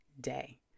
day